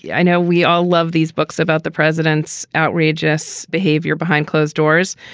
yeah i know we all love these books about the president's outrageous behavior behind closed doors,